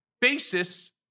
Basis